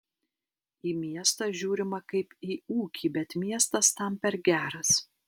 į miestą žiūrima kaip į ūkį bet miestas tam per geras